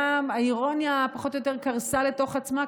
האירוניה פחות או יותר קרסה לתוך עצמה,